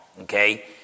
Okay